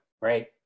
right